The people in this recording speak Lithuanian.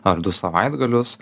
ar du savaitgalius